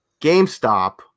GameStop